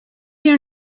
your